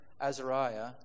Azariah